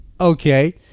okay